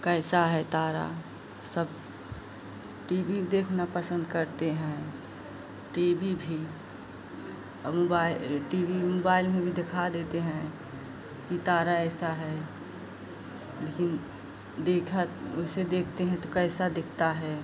कैसा है तारा सब टी वी देखना पसन्द करते हैं टी वी भी और मोबाइ अरे टी वी मोबाइल में भी देखा देते हैं कि तारा ऐसा है लेकिन देखा उसे देखते हैं तो कैसा दिखता है